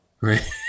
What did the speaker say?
right